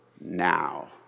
now